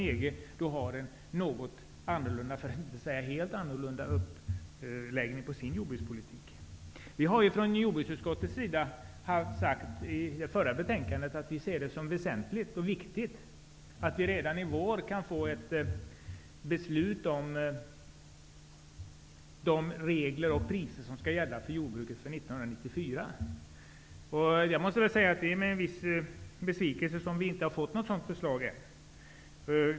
EG har ju en något, för att inte säga helt, annorlunda uppläggning av sin jordbrukspolitik. Jordbruksutskottet skrev i det förra betänkandet att vi ser det som väsentligt och viktigt att vi redan i vår kan få ett beslut om vilka regler och priser som skall gälla för jordbruket 1994. Jag måste med en viss besvikelse säga att vi inte har fått något sådant förslag ännu.